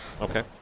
Okay